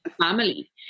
family